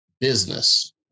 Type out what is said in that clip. business